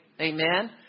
Amen